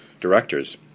directors